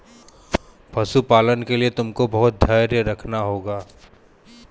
पशुपालन के लिए तुमको बहुत धैर्य रखना होगा